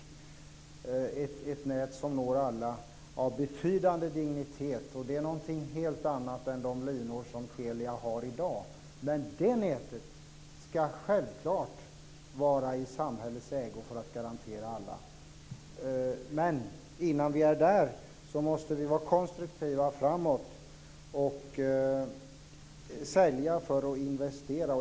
Det ska vara ett nät av betydande dignitet som når alla. Det är någonting helt annat än de linor som Telia har i dag. Men det nätet ska självklart vara i samhällets ägo som en garanti för alla. Men innan vi är där måste vi vara konstruktiva framåt, sälja och investera.